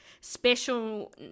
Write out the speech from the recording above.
special